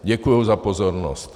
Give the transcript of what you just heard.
Děkuju za pozornost.